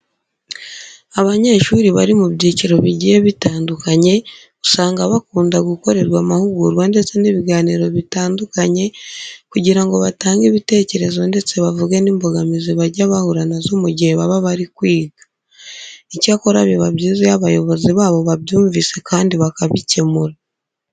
Abanyeshuri bari mu byiciro bigiye bitandukanye usanga bakunda gukorerwa amahugurwa ndetse n'ibiganiro bitandukanye kugira ngo batange ibitekerezo ndetse bavuge n'imbogamizi bajya bahura na zo mu gihe baba bari kwiga. Icyakora biba byiza iyo abayobozi babo babyumvise kandi bakabikemura.